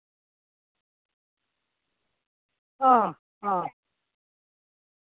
हां हां